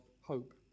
hope